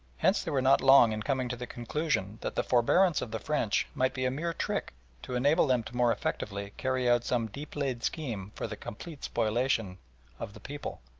hence they were not long in coming to the conclusion that the forbearance of the french might be a mere trick to enable them to more effectually carry out some deep-laid scheme for the complete spoliation of the people.